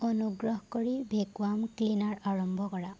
অনুগ্ৰহ কৰি vacuum cleaner আৰম্ভ কৰা